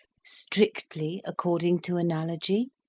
strictly according to analogy?